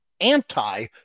anti